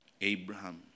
Abraham